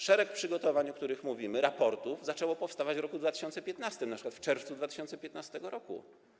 Szereg przygotowań, o których mówimy, raportów zaczęło powstawać w roku 2015, np. w czerwcu 2015 r.